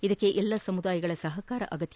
ಇದಕ್ಕೆ ಎಲ್ಲ ಸಮುದಾಯಗಳ ಸಹಕಾರ ಅಗತ್ಯ